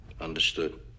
Understood